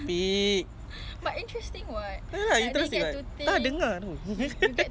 I think so I don't know